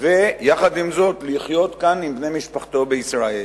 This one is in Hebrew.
ויחד עם זאת לחיות עם בני משפחתו כאן בישראל.